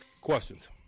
questions